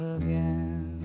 again